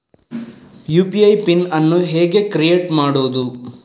UPI PIN ಅನ್ನು ಹೇಗೆ create ಮಾಡುದು?